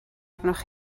arnoch